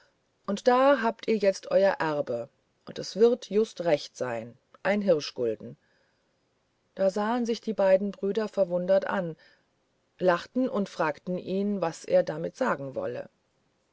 und da habt ihr jetzt euer erbe und es wird just recht sein ein hirschgulden da sahen sich die beiden brüder verwundert an lachten und fragten ihn was er damit sagen wolle